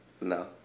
No